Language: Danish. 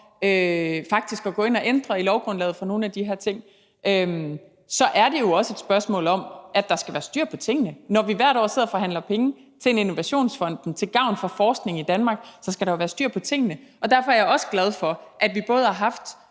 faktisk at gå ind og ændre i lovgrundlaget for nogle af de her ting. Så er det jo også et spørgsmål om, at der skal være styr på tingene. Når vi hvert år sidder og forhandler penge til Innovationsfonden til gavn for forskning i Danmark, skal der jo været styr på tingene. Og derfor er jeg også glad for, at vi både har haft